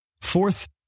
Fourth